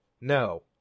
No